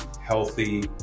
healthy